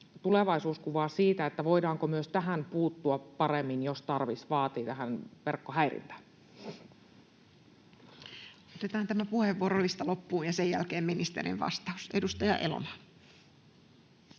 tulevaisuuskuva siitä, voidaanko myös tähän verkkohäirintään puuttua paremmin, jos tarvis vaatii? Otetaan tämä puheenvuorolista loppuun ja sen jälkeen ministerin vastaus. — Edustaja Elomaa.